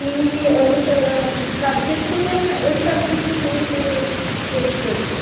ഈ ഒരു സബ്ജക്റ്റ് ഒരു സബ്ജക്റ്റിന് നൂറ് രൂപ വച്ചിട്ട് കൊടുക്കും